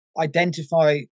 identify